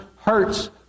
hurts